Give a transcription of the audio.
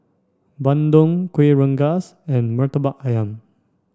Bandung Kueh Rengas and Murtabak Ayam